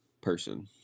person